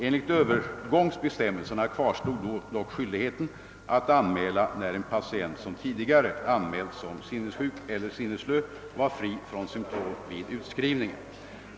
Enligt övergångsbestämmelserna kvarstod dock skyldigheten att anmäla när en patient, som tidigare anmälts som sinnessjuk eller sinnesslö, var symtomfri vid utskrivningen.